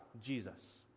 Jesus